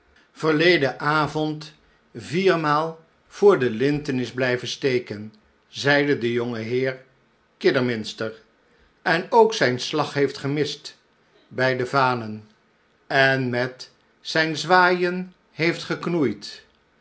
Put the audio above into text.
avond viermaal voor de linten is blijven steken zeide de jongeheer kidderminster en ook zijn slag heeft gemist by devanen en met zijn zwaaien heeft geknoeid